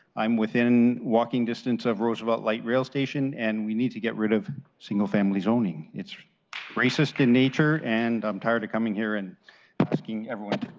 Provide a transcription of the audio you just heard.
i'm within walking distance of roosevelt light rail station and we need to get rid of single-family zoning. it's racist in nature and i'm tired of coming here and asking everyone.